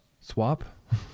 swap